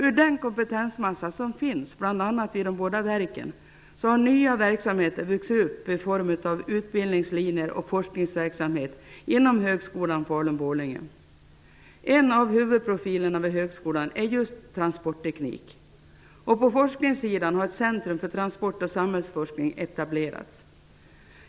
Ur den kompetensmassa som finns, bl.a. i de båda verken, har nya verksamheter i form av utbildningslinjer och forskningsverksamhet vuxit fram inom Högskolan i Falun/Borlänge. En av huvudprofilerna vid högskolan är transportteknik. På forskningssidan har ett centrum för transport och samhällsforskning etablerats.